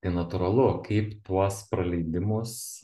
tai natūralu kaip tuos praleidimus